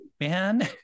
man